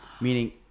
Meaning